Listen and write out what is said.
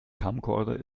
camcorder